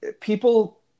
people